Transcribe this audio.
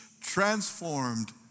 transformed